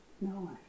no